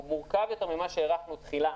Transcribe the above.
הוא מורכב יותר ממה שהערכנו תחילה.